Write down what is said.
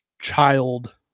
child